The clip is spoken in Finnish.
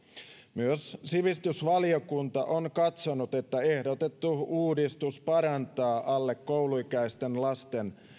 myös sivistysvaliokunta on katsonut että ehdotettu uudistus parantaa alle kouluikäisten lasten